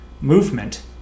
movement